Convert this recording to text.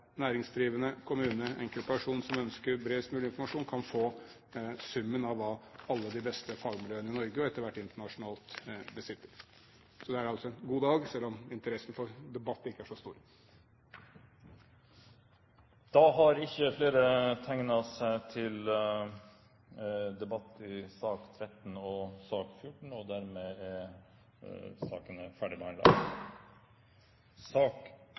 næringsdrivende, kommune og enkeltperson som ønsker bredest mulig informasjon, kan få summen av hva alle de beste fagmiljøene i Norge, og etter hvert internasjonalt, besitter. Så det er altså en god dag, selv om interessen for debatt ikke er så stor. Flere har ikke bedt om ordet til sakene nr. 13 og 14.